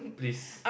please